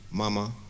Mama